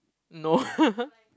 no